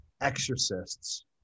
exorcists